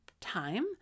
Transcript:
time